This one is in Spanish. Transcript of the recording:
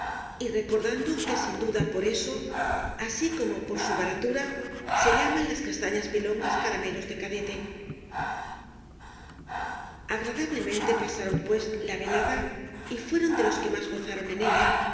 y recordando que sin duda por eso así como por su baratura se llaman las castañas pilongas caramelos de cadete agradablemente pasaron pues la velada y fue ron de los que más gozaron en ella